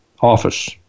office